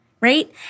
right